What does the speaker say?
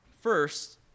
First